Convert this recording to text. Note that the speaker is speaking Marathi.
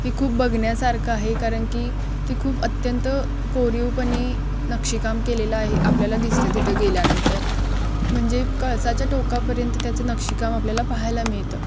ही खूप बघण्यासारखं आहे कारण की ती खूप अत्यंत कोरीवपणे नक्षीकाम केलेलं आहे आपल्याला दिसतं तिथं गेल्यानंतर म्हणजे कळसाच्या टोकापर्यंत त्याचं नक्षीकाम आपल्याला पहायला मिळतं